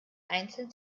einzeln